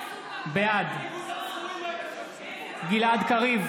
בעד גלעד קריב,